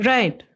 Right